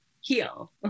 heal